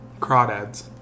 Crawdads